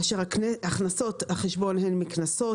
כאשר הכנסות החשבון הן מקנסות,